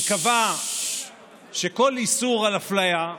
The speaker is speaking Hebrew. ייקבע שכל איסור של אפליה,